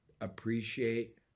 appreciate